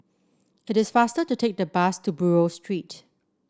it is faster to take the bus to Buroh Street